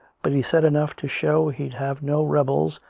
but he said enough to show he'd have no rebels,